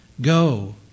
Go